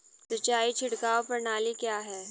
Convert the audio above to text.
सिंचाई छिड़काव प्रणाली क्या है?